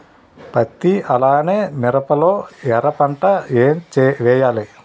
పత్తి అలానే మిరప లో ఎర పంట ఏం వేయాలి?